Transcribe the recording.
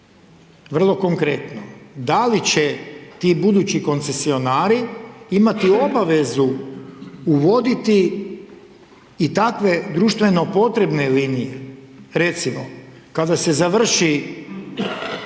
Vrlo konkretno, da li će ti budući koncesionari imati obavezu uvoditi i takve društveno potrebne linije? Recimo, kada se završi